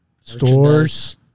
stores